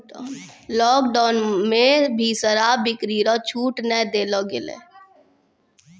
lockdown मे भी शराब बिक्री रो छूट नै देलो गेलै